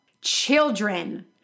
Children